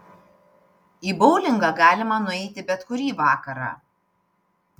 į boulingą galima nueiti bet kurį vakarą